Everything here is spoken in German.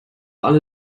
alle